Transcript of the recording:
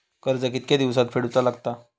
कर्ज कितके दिवसात फेडूचा लागता?